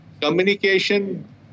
communication